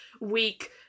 week